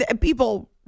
People